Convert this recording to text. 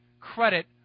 credit